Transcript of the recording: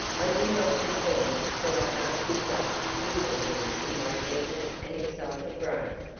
i do not pretend that i argued thus deliberately in my heated and excited brain.